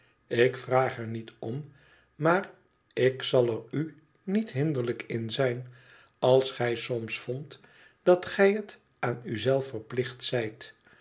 ik vraag er niet om maar ik zal er u niet hinderlijk ia zijn als gij soms vondt dat gij het aan u zelf verplicht zijt